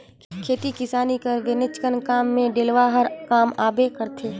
खेती किसानी कर बनेचकन काम मे डेलवा हर काम आबे करथे